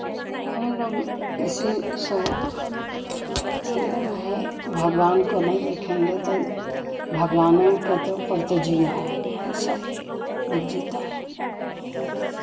हम लोग इसी सब अथिए में है भगवान को नहीं देखेंगे तो भगवाने का तो पर तो जिया है सब लोग जीता है